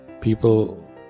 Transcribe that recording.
People